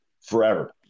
Forever